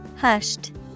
hushed